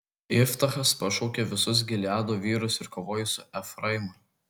iftachas pašaukė visus gileado vyrus ir kovojo su efraimu